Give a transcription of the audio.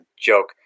joke